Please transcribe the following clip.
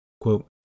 Quote